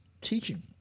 teaching